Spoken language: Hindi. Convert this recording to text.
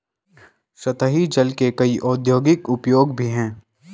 सतही जल के कई औद्योगिक उपयोग भी हैं